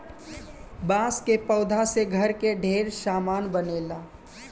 बांस के पौधा से घर के ढेरे सामान बनेला